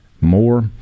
more